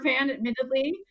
admittedly